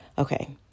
Okay